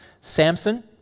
Samson